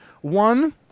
One